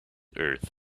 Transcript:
earth